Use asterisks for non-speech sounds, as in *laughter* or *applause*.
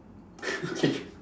*laughs* okay